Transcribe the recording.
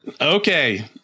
Okay